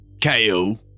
Kale